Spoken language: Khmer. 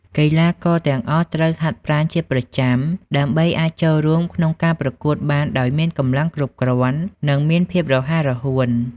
កីឡាករទាំងអស់ត្រូវហាត់ប្រាណជាប្រចាំដើម្បីអាចចូលរួមក្នុងការប្រកួតបានដោយមានកម្លាំងគ្រប់គ្រាន់និងមានភាពរហ័សរហួន។